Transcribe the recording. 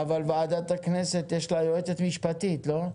אבל לוועדת הכנסת יש יועצת משפטית, לא?